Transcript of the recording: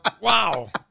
Wow